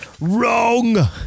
Wrong